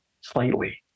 slightly